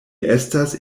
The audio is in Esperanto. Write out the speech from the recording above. estas